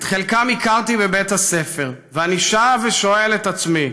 את חלקם הכרתי בבית הספר, ואני שב ושואל את עצמי,